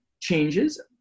changes